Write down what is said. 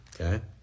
okay